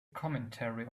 commentary